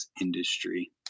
industry